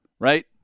Right